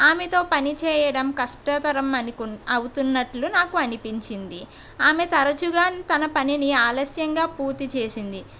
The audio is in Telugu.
ఆమెతో పని చేయడం కష్టతరం అనికు అవుతున్నట్లు నాకు అనిపించింది ఆమె తరచుగా తన పనిని ఆలస్యంగా పూర్తి చేసింది